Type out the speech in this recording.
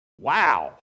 Wow